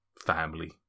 family